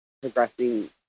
progressing